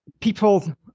people